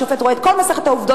השופט רואה את כל מסכת העובדות,